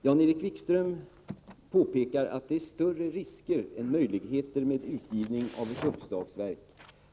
Jan-Erik Wikström påpekade att det är större risker än möjligheter med utgivning av ett uppslagsverk.